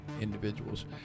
individuals